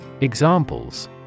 Examples